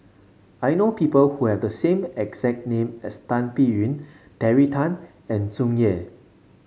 I know people who have the same exact name as Tan Biyun Terry Tan and Tsung Yeh